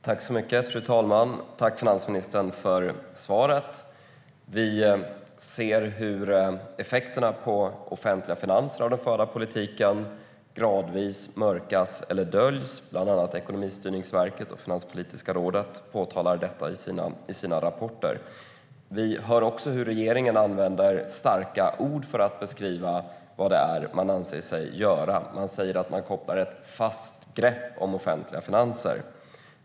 Fru talman! Jag tackar finansministern för svaret. Vi ser hur effekterna på offentliga finanser av den förda politiken gradvis mörkas eller döljs. Bland andra Ekonomistyrningsverket och Finanspolitiska rådet påtalar detta i sina rapporter. Vi hör också hur regeringen använder starka ord för att beskriva vad det är man anser sig göra. Man säger att man kopplar ett fast grepp om offentliga finanser.